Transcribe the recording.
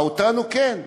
אותנו כן.